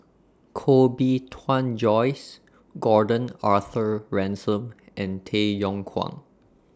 Koh Bee Tuan Joyce Gordon Arthur Ransome and Tay Yong Kwang